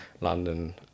London